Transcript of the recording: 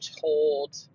told